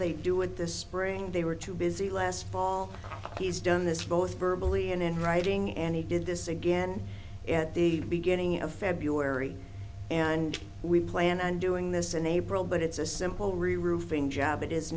they do it this spring they were too busy last fall he's done this both verbal ian in writing and he did this again at the beginning of february and we plan on doing this in april but it's a simple roofing job it is